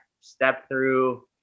step-through